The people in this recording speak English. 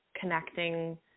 connecting